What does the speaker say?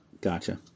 Gotcha